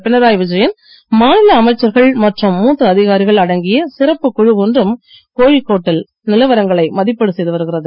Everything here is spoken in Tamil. பினராயி விஜயன் மாநில அமைச்சர்கள் மற்றும் மூத்த அதிகாரிகள் அடங்கிய சிறப்புக் குழு ஒன்றும் கோழிக்கோட் டில் நிலவரங்களை மதிப்பீடு செய்து வருகிறது